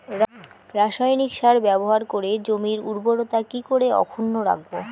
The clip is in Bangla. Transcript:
রাসায়নিক সার ব্যবহার করে জমির উর্বরতা কি করে অক্ষুণ্ন রাখবো